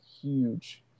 huge